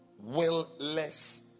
Will-less